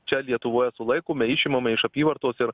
čia lietuvoje sulaikome išimame iš apyvartos ir